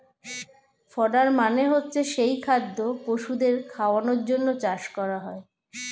fodder মানে হচ্ছে যেই খাদ্য পশুদের খাওয়ানোর জন্যে চাষ করা হয়